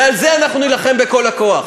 ועל זה אנחנו נילחם בכל הכוח.